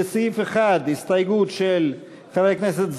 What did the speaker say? לסעיף 1, הסתייגות של חברי הכנסת זנדברג,